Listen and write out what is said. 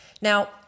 Now